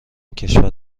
کشور